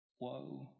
Woe